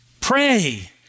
pray